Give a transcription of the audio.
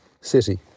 City